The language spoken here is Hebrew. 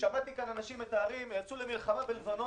שמעתי כאן אנשים מתארים: יצאו למלחמה בלבנון,